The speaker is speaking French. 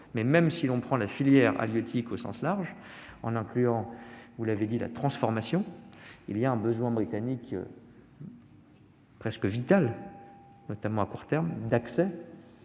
le nôtre. Si l'on prend la filière halieutique au sens large, en y incluant la transformation, il y a un besoin britannique presque vital, notamment à court terme, d'accéder